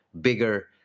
bigger